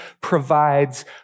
provides